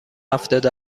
هفتاد